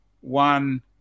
one